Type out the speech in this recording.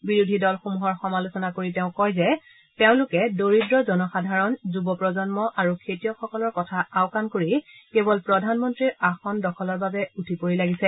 বিৰোধী দলসমূহৰ সমালোচনা কৰি তেওঁ কয় যে তেওঁলোকে দৰিদ্ৰ জনসাধাৰণ যুব প্ৰজন্ম আৰু খেতিয়কসকলৰ কথা আওকান কৰি কেবল প্ৰধানমন্ত্ৰীৰ আসন দখলৰ বাবে উঠি পৰি লাগিছে